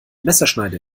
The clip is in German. messerschneide